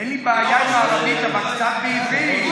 אין לי בעיה עם הערבית, אבל קצת בעברית.